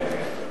כן.